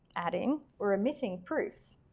adding, or omitting proofs.